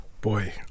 Boy